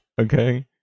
Okay